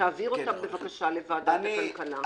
תעבירו אותן, בבקשה, לוועדת הכלכלה.